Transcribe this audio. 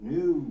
New